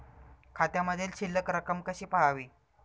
खात्यामधील शिल्लक रक्कम कशी पहावी?